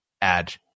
add